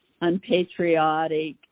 unpatriotic